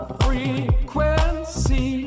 frequency